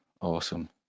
awesome